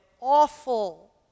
awful